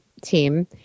team